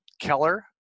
keller